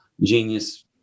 genius